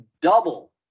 double